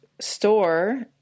store